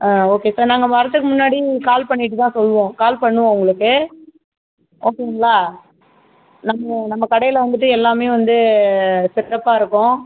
ஆ okay sir நாங்கள் வரதுக்கு முன்னாடி கால் பண்ணிட்டு தான் சொல்வோம் கால் பண்ணுவோம் உங்களுக்கு ஓகேங்களா நம்ம நம்ம கடையில் வந்துட்டு எல்லாம் வந்து பெர்ஃபெக்ட்டாயிருக்கும்